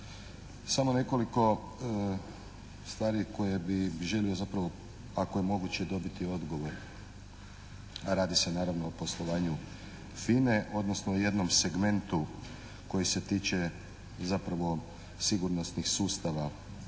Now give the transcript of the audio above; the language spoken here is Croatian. Samo nekoliko stvari koje bi želio zapravo, ako je moguće dobiti odgovor, a radi se naravno o poslovanju FINA-e, odnosno u jednom segmentu koji se tiče zapravo sigurnosnih sustava u